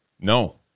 No